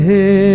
Hey